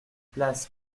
place